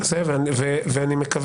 אני רוצה להגיע